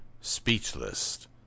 speechless